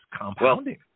compounding